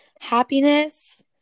Happiness